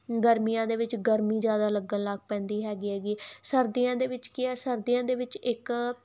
ਗਰਮੀਆਂ ਦੇ ਵਿੱਚ ਗਰਮੀ ਜ਼ਿਆਦਾ ਲੱਗਣ ਲੱਗ ਪੈਂਦੀ ਹੈਗੀ ਹੈਗੀ ਸਰਦੀਆਂ ਦੇ ਵਿੱਚ ਕੀ ਹੈ ਸਰਦੀਆਂ ਦੇ ਵਿੱਚ ਇੱਕ